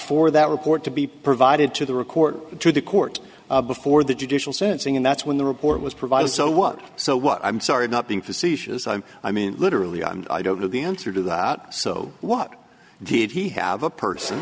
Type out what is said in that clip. for that report to be provided to the record to the court before the judicial sensing and that's when the report was provided so what so what i'm sorry i'm not being facetious i'm i mean literally i don't know the answer to that so what did he have a person